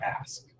ask